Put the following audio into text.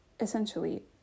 essentially